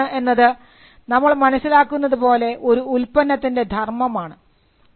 തനിമ എന്നത് നമ്മൾ മനസ്സിലാക്കുന്നത് പോലെ ഒരു ഉൽപ്പന്നത്തിൻറെ ധർമ്മമാണ്